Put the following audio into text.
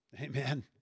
Amen